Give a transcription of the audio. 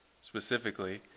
specifically